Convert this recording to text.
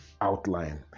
outline